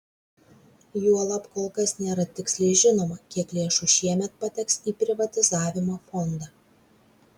juolab kol kas nėra tiksliai žinoma kiek lėšų šiemet pateks į privatizavimo fondą